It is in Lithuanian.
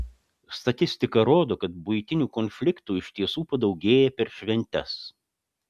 statistika rodo kad buitinių konfliktų iš tiesų padaugėja per šventes